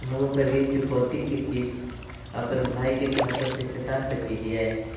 हम अपन ऋण चुकौती के किस्त, अपन भाई के खाता से कटा सकई हियई?